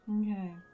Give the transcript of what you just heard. Okay